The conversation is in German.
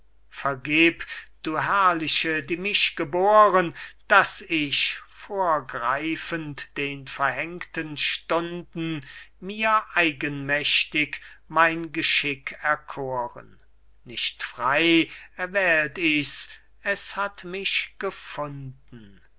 du herrliche die mich geboren daß ich vorgreifend den verhängten stunden mir eigenmächtig mein geschick erkoren nicht frei erwählt ich's es hat mich gefunden